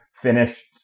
finished